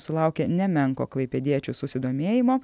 sulaukia nemenko klaipėdiečių susidomėjimo